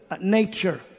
nature